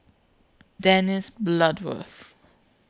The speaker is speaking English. Dennis Bloodworth